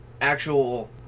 actual